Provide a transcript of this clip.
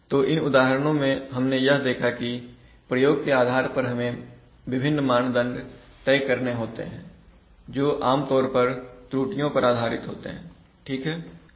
तो इन उदाहरणों में हमने यह देखा कि प्रयोग के आधार पर हमें विभिन्न मानदंड तय करने होते हैं जो आमतौर पर त्रुटियों पर आधारित होते हैं ठीक है